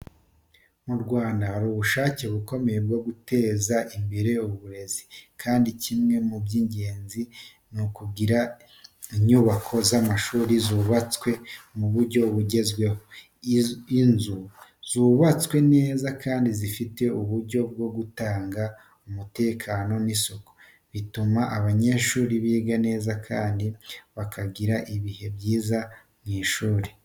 Mu Rwanda, hari ubushake bukomeye bwo guteza imbere uburezi, kandi kimwe mu by’ingenzi ni ukugira inyubako z’amashuri zubatswe mu buryo bugezweho. Inzu zubatswe neza kandi zifite uburyo bwo gutanga umutekano n’isuku, bituma abanyeshuri biga neza kandi bakagira ibihe byiza mu ishuri.